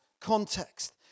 context